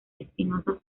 espinosas